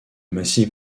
massif